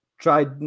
tried